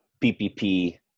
PPP